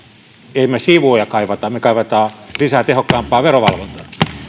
emme me siivuja kaipaa me kaipaamme lisää tehokkaampaa verovalvontaa